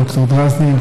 ד"ר דרזנין,